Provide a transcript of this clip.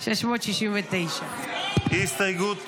הסתייגות 688,